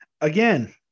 again